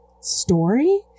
story